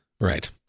Right